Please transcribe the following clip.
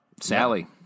Sally